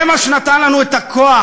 זה מה שנתן לנו את הכוח,